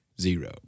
Zero